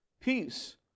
peace